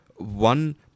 one